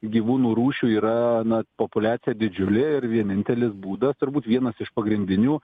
gyvūnų rūšių yra na populiacija didžiulė ir vienintelis būdas turbūt vienas iš pagrindinių